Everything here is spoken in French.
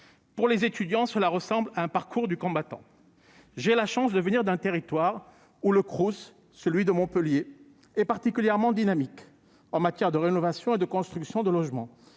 Pour les étudiants, cela ressemble à un véritable parcours du combattant. J'ai la chance de venir d'un territoire où le Crous- celui de Montpellier -est particulièrement dynamique en matière de rénovation et de construction de logements.